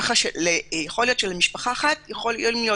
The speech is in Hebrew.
כך שיכול להיות שלמשפחה אחת יכולים להיות